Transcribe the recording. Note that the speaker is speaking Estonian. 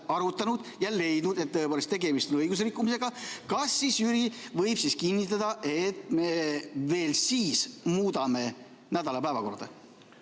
arutanud ja leidnud, et tõepoolest tegemist on õiguserikkumisega, kas siis Jüri võib kinnitada, et me siis muudame nädala päevakorda?